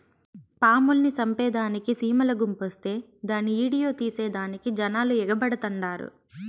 పాముల్ని సంపేదానికి సీమల గుంపొస్తే దాన్ని ఈడియో తీసేదానికి జనాలు ఎగబడతండారు